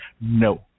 No